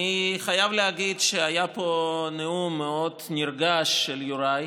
אני חייב להגיד שהיה פה נאום מאוד נרגש של יוראי,